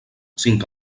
cinc